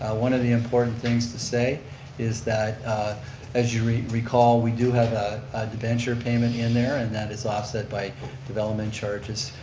one of the important things to say is that as you recall we do have a debenture payment in there and that is offset by development charges,